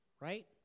right